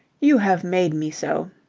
you have made me so.